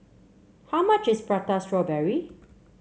how much is Prata Strawberry